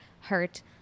hurt